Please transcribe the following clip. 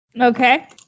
Okay